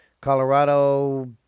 Colorado